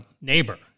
neighbor